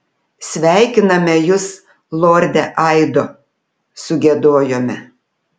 sveikiname jus lorde aido sugiedojome